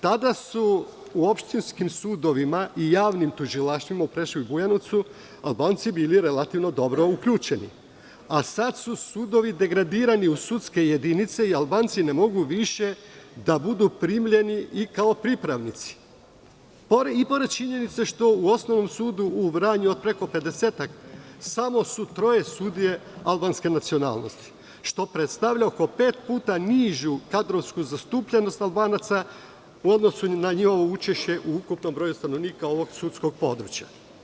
Tada su u opštinskim sudovima i javnim tužilaštvima, u Preševu i Bujanovcu, Albanci bili relativno dobro uključeni, a sad su sudovi degradirani u sudske jedinice i Albanci ne mogu više da budu primljeni i kao pripravnici i pored činjenice što u Osnovnom sudu u Vranju od preko pedesetak samo su troje sudija albanske nacionalnosti, što predstavlja oko pet puta nižu kadrovsku zastupljenost Albanaca u odnosu na njihovo učešće u ukupnom broju stanovnika ovog sudskog područja.